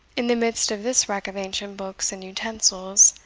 in the midst of this wreck of ancient books and utensils,